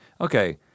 Okay